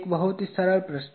एक बहुत ही सरल प्रश्न